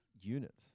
units